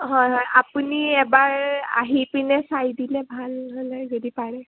হয় হয় আপুনি এবাৰ আহি পিনে চাই দিলে ভাল হ'লে যদি পাৰে